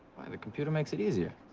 the computer makes it easier.